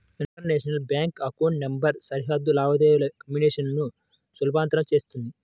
international bank account number సరిహద్దు లావాదేవీల communication ను సులభతరం చేత్తుంది